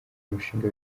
mushinga